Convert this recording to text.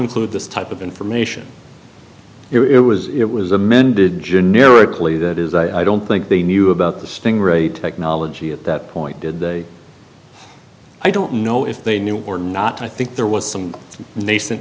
include this type of information it was it was amended generically that is i don't think they knew about the sting ray technology at that point did they i don't know if they knew or not i think there was some na